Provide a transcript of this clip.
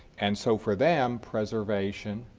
and so for them preservation,